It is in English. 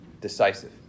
decisive